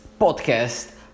podcast